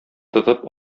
тотып